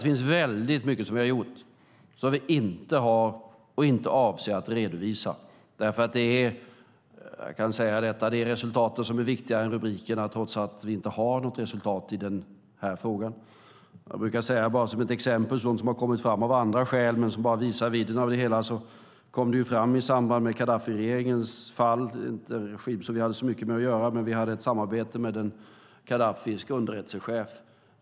Det finns väldigt mycket som vi har gjort som vi inte har redovisat och som vi inte avser att redovisa. Resultaten är viktigare än rubrikerna, trots att vi inte har något resultat i den här frågan. Ett exempel som har kommit fram av andra skäl i samband med Gaddafiregeringens fall - en regim som vi inte hade så mycket med att göra - och som visar vidden av det hela är att vi hade ett samarbete med Gaddafis underrättelsechef.